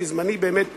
כי זמני באמת רץ,